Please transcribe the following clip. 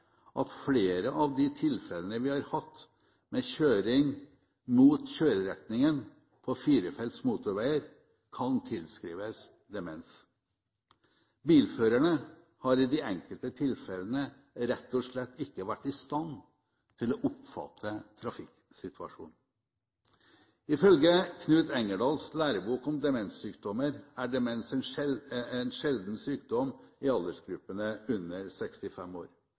at flere av de tilfellene vi har hatt med kjøring mot kjøreretningen på firefelts motorveier, kan tilskrives demens. Bilførerne har i de enkelte tilfellene rett og slett ikke vært i stand til å oppfatte trafikksituasjonen. Ifølge Knut Arne Engedals lærebok om demenssykdommer er demens en sjelden sykdom i aldersgruppen under 65 år.